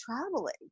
traveling